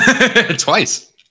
Twice